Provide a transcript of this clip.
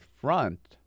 front